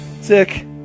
Sick